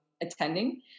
attending